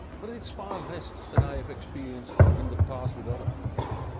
but is far less than i have experienced in the past with other products.